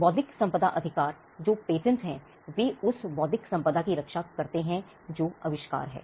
बौद्धिक संपदा अधिकार जो पेटेंट है वे उस बौद्धिक संपदा की रक्षा करते हैं जो आविष्कार है